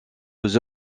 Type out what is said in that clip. aux